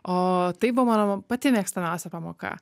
o tai buvo mano pati mėgstamiausia pamoka